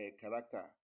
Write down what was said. character